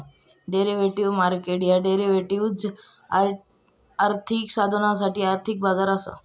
derivative market ह्यो derivatives, आर्थिक साधनांसाठी आर्थिक बाजार असा